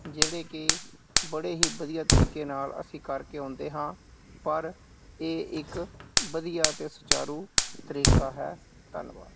ਜਿਹੜੇ ਕਿ ਬੜੇ ਹੀ ਵਧੀਆ ਤਰੀਕੇ ਨਾਲ ਅਸੀਂ ਕਰਕੇ ਆਉਂਦੇ ਹਾਂ ਪਰ ਇਹ ਇੱਕ ਵਧੀਆ ਅਤੇ ਸੁਚਾਰੂ ਤਰੀਕਾ ਹੈ ਧੰਨਵਾਦ